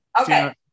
okay